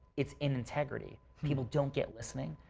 it's in integrity. people don't get listening.